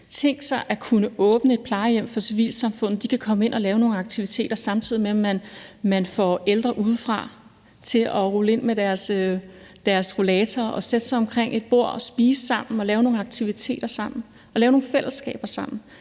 Tænk sig at kunne åbne et plejehjem for civilsamfundet. De kan komme ind og lave nogle aktiviteter, samtidig med at man får ældre udefra til at rulle ind med deres rollator og sætte sig omkring et bord og spise sammen og lave nogle aktiviteter sammen og lave nogle fællesskaber sammen.